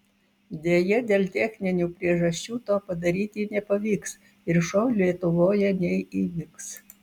deja dėl techninių priežasčių to padaryti nepavyks ir šou lietuvoje neįvyks